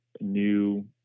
new